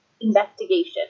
Investigation